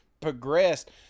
progressed